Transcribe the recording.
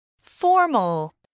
Formal